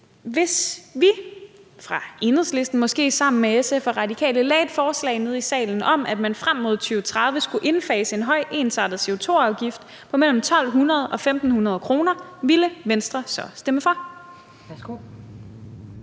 Hvis vi i Enhedslisten, måske sammen med SF og Radikale, fremsatte et forslag her i salen om, at man frem mod 2030 skulle indfase en høj ensartet CO2-afgift på mellem 1.200 og 1.500 kr., ville Venstre så stemme for?